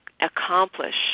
accomplish